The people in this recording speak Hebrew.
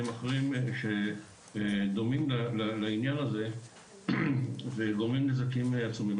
אחרים שדומים לעניין הזה וגורמים נזקים עצומים.